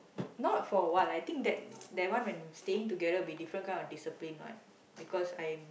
not for awhile I think that that one when staying together will be a different kind of discipline what because I'm